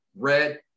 red